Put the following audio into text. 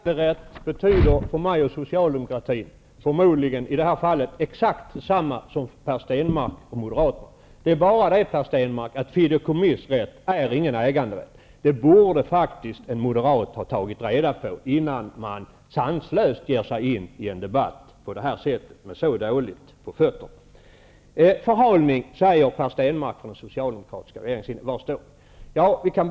Herr talman! För mig och socialdemokratin betyder äganderätten förmodligen i det här fallet exakt detsamma som för Per Stenmarck och moderaterna. Det är bara det att fideikommissrätt inte är någon äganderätt. Det borde faktiskt en moderat ha tagit reda på innan han så dåligt utrustad på föttern sanslöst ger sig in i en debatt på det här sättet. Per Stenmarck sade att socialdemokraterna har förhalat den här frågan.